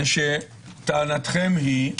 מפני שטענתכם היא,